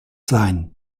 sein